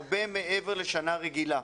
הרבה מעבר לשנה רגילה.